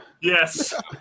Yes